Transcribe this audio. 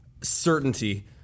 certainty